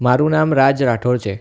મારું નામ રાજ રાઠોડ છે